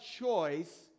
choice